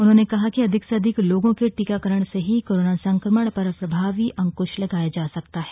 उन्होने कहा कि अधिक से अधिक लोगों के टीकाकरण से ही कोरोना के संक्रमण पर प्रभावी अंक्श लगाया जा सकता है